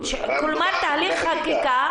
תהליך חקיקה.